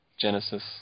Genesis